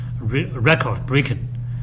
record-breaking